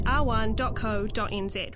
r1.co.nz